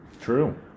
True